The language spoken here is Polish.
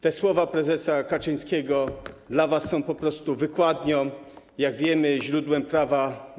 Te słowa prezesa Kaczyńskiego dla was są po prostu wykładnią, jak wiemy, i źródłem prawa.